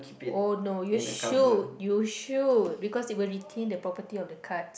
oh no you should you should because it will retain the property of the cards